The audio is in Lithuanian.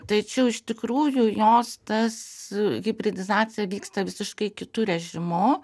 tačiau iš tikrųjų jos tas hibridizacija vyksta visiškai kitu režimu